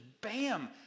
bam